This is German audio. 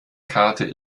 karte